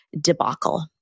debacle